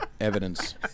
evidence